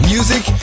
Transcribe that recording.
Music